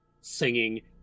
singing